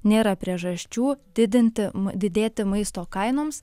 nėra priežasčių didinti didėti maisto kainoms